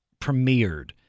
premiered